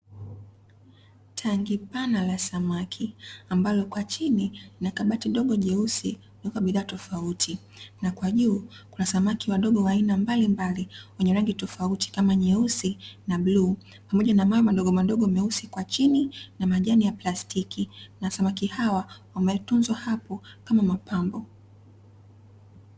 Tenki pana la samaki ambalo kwa chini lina kabati dogo jeusi lililowekwa bidhaa tofauti, na kwa juu kuna samaki wadogo wa aina mbalimbali wenye rangi tofauti kama nyeusi na bluu, pamoja na mawe madogomadogo meusi kwa chini na majani ya plastiki, na samaki hawa wametunzwa hapo kama mapambo.